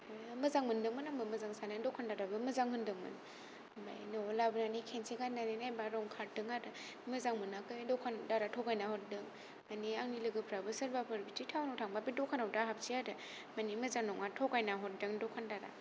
मोजां मोनदोंमोन आंबो मोजां जानाया दखानदाराबो मोजां होनदोंमोन ओमफाय नआव लाबोनानै खेनसे गान्नानै नायबा रं खारदों आरो मोजां मोनाखै दखानदारा थगायना हरदों माने आंनि लोगोफोराबो सोरबाफोर बिदि थाउनाव थांबा बै दखानाव दा हाबसै आरो माने मोजां नङा थगायना हरदों दखानदारा